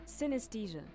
Synesthesia